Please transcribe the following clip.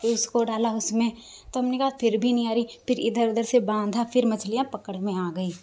फिर उसको डाला उसमें तो हमने कहा फिर भी नहीं आ रही फिर इधर उधर से बाँधा फिर मछलियां पकड़ में आ गई